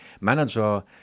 manager